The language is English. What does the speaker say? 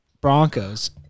Broncos